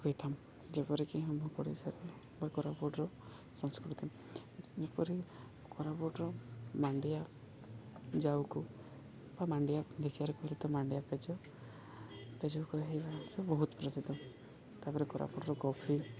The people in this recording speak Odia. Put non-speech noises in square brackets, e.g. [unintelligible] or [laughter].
ହୋଇଥାମ୍ ଯେପରିକି ଆମ ପଡ଼ିଶାର ବା କରାପୁଟର ସଂସ୍କୃତି ଯେପରି କୋରାପୁଟର ମାଣ୍ଡିଆ ଜାଉକୁ ବା ମାଣ୍ଡିଆ [unintelligible] କରିତ ମାଣ୍ଡିଆ ପେଜ ପେଜକୁ [unintelligible] ହେବା ବହୁତ ପ୍ରସିଦ୍ଧ ତା'ପରେ କରାପୁଟର କଫି